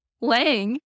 Lang